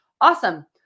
Awesome